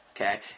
Okay